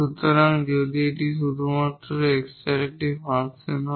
সুতরাং যদি এটি শুধুমাত্র x এর একটি ফাংশন হয়